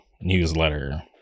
newsletter